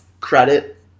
credit